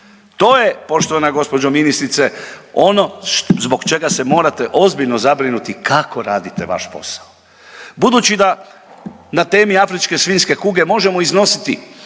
To je poštovana gospođo ministrice ono zbog čega se morate ozbiljno zabrinuti kako radite vaš posao. Budući da na temi afričke svinjske kuge možemo iznositi